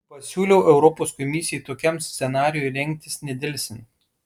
pasiūliau europos komisijai tokiam scenarijui rengtis nedelsiant